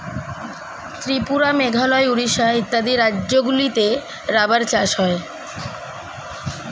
ত্রিপুরা, মেঘালয়, উড়িষ্যা ইত্যাদি রাজ্যগুলিতে রাবার চাষ হয়